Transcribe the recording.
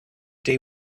day